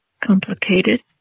complicated